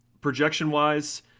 Projection-wise